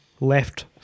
left